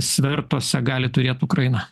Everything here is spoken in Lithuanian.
svertuose gali turėt ukraina